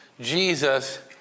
Jesus